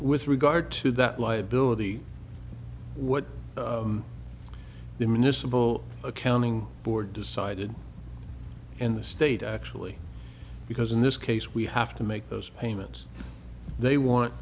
with regard to that liability what the municipal accounting board decided in the state actually because in this case we have to make those payments they want